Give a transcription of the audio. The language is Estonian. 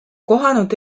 kohanud